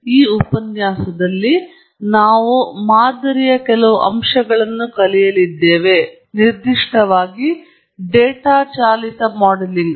ಈ ಉಪನ್ಯಾಸದಲ್ಲಿ ನಾವು ಮಾದರಿಯ ಕೆಲವು ಅಂಶಗಳನ್ನು ಕಲಿಯಲಿದ್ದೇವೆ ನಿರ್ದಿಷ್ಟವಾಗಿ ಡೇಟಾ ಚಾಲಿತ ಮಾಡೆಲಿಂಗ್